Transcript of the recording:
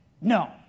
no